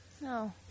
No